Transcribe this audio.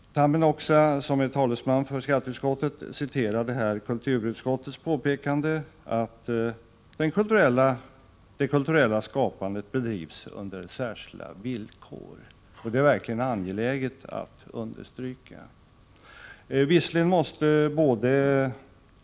Erkki Tammenoksa, som är talesman för skatteutskottet, citerade här kulturutskottets påpekande att det kulturella skapandet bedrivs under särskilda villkor, och det är verkligen angeläget att understryka detta!